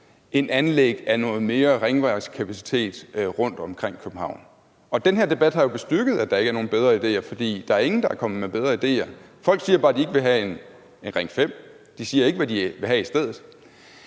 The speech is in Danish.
end anlæg af noget mere ringvejskapacitet rundt omkring København. Og den her debat har jo bestyrket, at der ikke er nogen bedre ideer, for der er ingen, der er kommet med bedre ideer. Folk siger bare, at de ikke vil have en Ring 5 – de siger ikke, hvad de vil have i stedet.